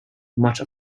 much